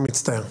אני מצטער.